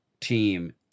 team